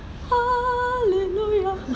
hallelujah